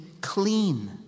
clean